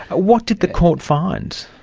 what did the court find?